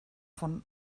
von